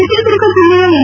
ಚಿತ್ರದುರ್ಗ ಜಿಲ್ಲೆಯ ಎಂ